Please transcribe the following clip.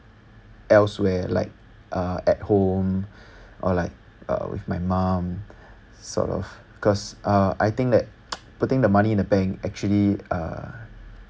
elsewhere like uh at home or like uh with my mum sort of because I think putting the money in the bank actually uh